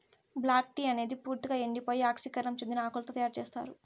black tea అనేది పూర్తిక ఎండిపోయి ఆక్సీకరణం చెందిన ఆకులతో తయారు చేత్తారు